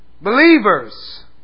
believers